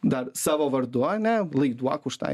dar savo vardu ane laiduok už tą